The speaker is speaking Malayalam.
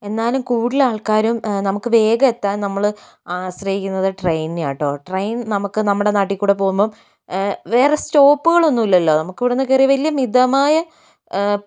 എന്നാലും കൂടുതൽ ആൾക്കാരും നമുക്ക് വേഗംഎത്താൻ നമ്മൾ ആശ്രയിക്കുന്നത് ട്രെയിനിനാണ് കേട്ടോ ട്രെയിൻ നമുക്ക് നമ്മുടെ നാട്ടിൽക്കൂടി പോകുമ്പോൾ വേറെ സ്റ്റോപ്പുകളൊന്നുമില്ലല്ലോ നമുക്ക് ഇവിടെ നിന്ന് കയറിയാൽ മിതമായ